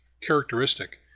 characteristic